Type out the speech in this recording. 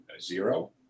Zero